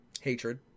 Hatred